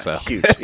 Huge